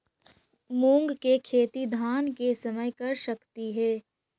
मुंग के खेती धान के समय कर सकती हे?